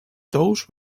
tous